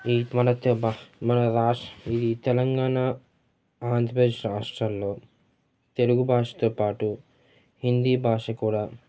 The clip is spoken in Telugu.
ఈ మన మన రాష్ ఇది తెలంగాణ ఆంధ్రప్రదేశ్ రాష్ట్రాల్లో తెలుగు భాషతో పాటు హిందీ భాష కూడా